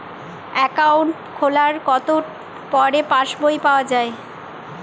Account খোলার কতো পরে পাস বই পাওয়া য়ায়?